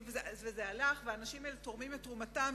וזה הלך, והאנשים האלה תורמים את תרומתם.